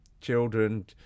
children